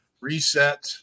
reset